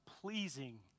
pleasing